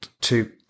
two